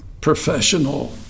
professional